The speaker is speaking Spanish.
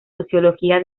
sociología